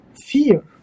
fear